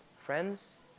Friends